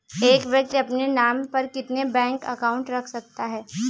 एक व्यक्ति अपने नाम पर कितने बैंक अकाउंट रख सकता है?